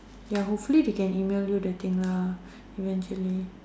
ya hopefully they can email you the thing lah eventually